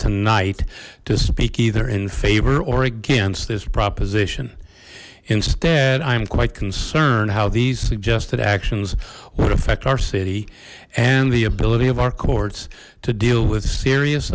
tonight to speak either in favor or against this proposition instead i'm quite concerned how these suggested actions would affect our city and the ability of our courts to deal with serious